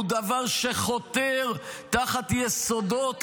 הוא דבר שחותר תחת יסודות הדמוקרטיה,